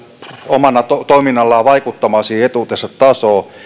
omalla toiminnallaan vaikuttamaan siihen etuutensa tasoon